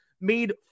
made